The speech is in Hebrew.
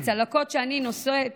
הצלקות שאני נושאת